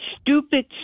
stupid